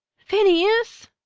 phineas!